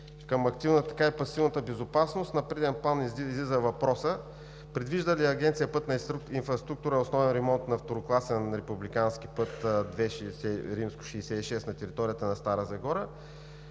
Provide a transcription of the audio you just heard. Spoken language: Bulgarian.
към активната, така и към пасивната безопасност на преден план излиза въпросът: предвижда ли Агенция „Пътна инфраструктура“ основен ремонт на второкласен републикански път II-66 на територията на Стара Загора,